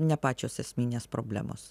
ne pačios esminės problemos